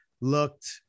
looked –